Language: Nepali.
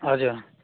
हजुर